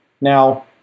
Now